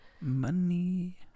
money